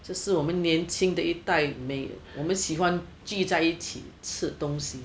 这是我们年轻的一代美我们喜欢聚在一起吃东西